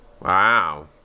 Wow